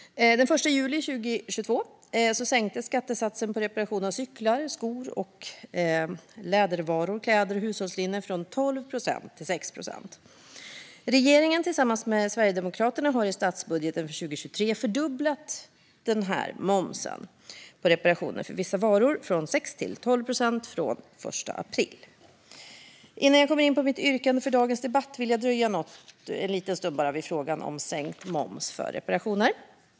Den 1 juli 2022 sänktes skattesatsen på reparation av cyklar, skor, lädervaror, kläder och hushållslinne från 12 procent till 6 procent. Regeringen tillsammans med Sverigedemokraterna har i statsbudgeten för 2023 fördubblat denna moms på reparationer för vissa varor från 6 till 12 procent från den 1 april. Innan jag kommer in på mitt yrkande vill jag dröja lite grann vid frågan om sänkt moms för reparationer.